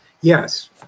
Yes